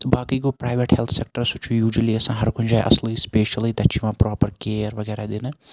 تہٕ باقٕے گوٚو پرایویٹ ہیٚلتھ سیٚکٹَر سُہ چھُ یوٗجؤلی آسان ہَر کُنہِ جایہِ اصلٕے سپیشَلٕے تَتہِ چھُ یِوان پروپَر کیر وَغیرہ دِنہٕ